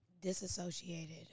disassociated